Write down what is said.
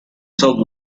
told